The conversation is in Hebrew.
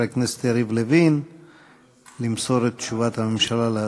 הכנסת יריב לוין למסור את תשובת הממשלה על ההצעה.